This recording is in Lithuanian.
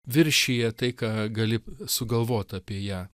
viršija tai ką gali sugalvot apie ją